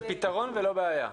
זה פתרון ולא בעיה.